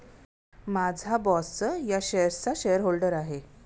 माझा बॉसच या शेअर्सचा शेअरहोल्डर आहे